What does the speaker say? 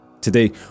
Today